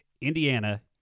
Indiana